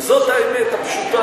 וזאת האמת הפשוטה.